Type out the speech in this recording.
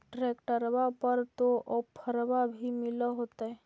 ट्रैक्टरबा पर तो ओफ्फरबा भी मिल होतै?